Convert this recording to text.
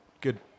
good